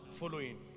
following